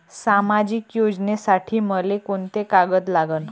सामाजिक योजनेसाठी मले कोंते कागद लागन?